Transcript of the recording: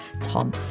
Tom